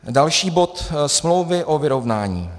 Další bod smlouvy o vyrovnání.